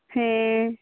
ᱦᱮᱸ